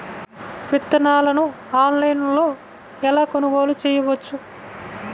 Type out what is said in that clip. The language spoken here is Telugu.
విత్తనాలను ఆన్లైనులో ఎలా కొనుగోలు చేయవచ్చు?